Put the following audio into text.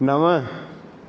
नव